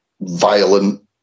violent